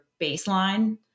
baseline